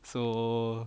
so